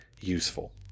useful